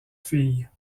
filles